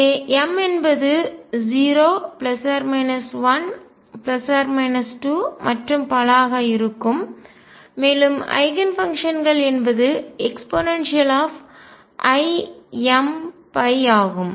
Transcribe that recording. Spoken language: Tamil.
இங்கே m என்பது 0 1 2 மற்றும் பல ஆக இருக்கும் மேலும் ஐகன்ஃபங்க்ஷன்கள் என்பது eimϕ ஆகும்